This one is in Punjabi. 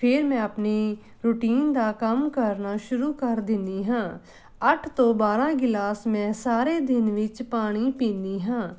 ਫੇਰ ਮੈਂ ਆਪਣੀ ਰੂਟੀਨ ਦਾ ਕੰਮ ਕਰਨਾ ਸ਼ੁਰੂ ਕਰ ਦਿੰਦੀ ਹਾਂ ਅੱਠ ਤੋਂ ਬਾਰ੍ਹਾਂ ਗਿਲਾਸ ਮੈਂ ਸਾਰੇ ਦਿਨ ਵਿੱਚ ਪਾਣੀ ਪੀਂਦੀ ਹਾਂ